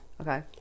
Okay